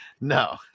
No